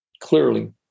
clearly